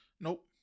Nope